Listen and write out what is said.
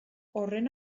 horren